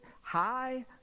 high